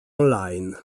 online